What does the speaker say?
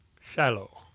Shallow